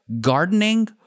gardening